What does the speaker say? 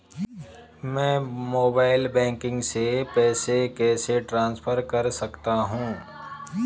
मैं mobile banking से पैसे कैसे ट्रांसफर कर सकता हूं?